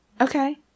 Okay